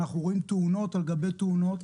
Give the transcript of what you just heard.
אנחנו רואים תאונות על גבי תאונות,